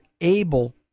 able